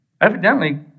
Evidently